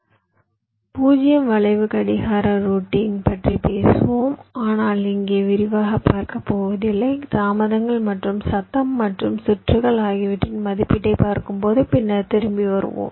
0 வளைவு கடிகார ரூட்டிங் பற்றி பேசுவோம் ஆனால் இங்கே விரிவாகப் பார்க்க போவதில்லை தாமதங்கள் மற்றும் சத்தம் மற்றும் சுற்றுகள் ஆகியவற்றின் மதிப்பீட்டைப் பார்க்கும்போது பின்னர் திரும்பி வருவோம்